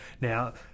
Now